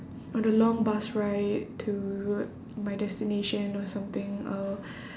on the long bus ride to my destination or something or